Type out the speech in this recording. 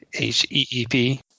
H-E-E-P